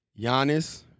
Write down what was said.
Giannis